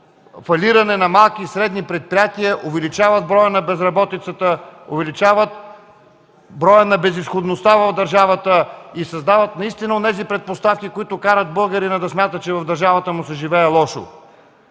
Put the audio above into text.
фалиране на малки и средни предприятия, увеличават броя на безработните, увеличават безизходността в държавата и наистина създават онези предпоставки, които карат българина да смята, че в държавата му се живее лошо.